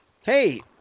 Hey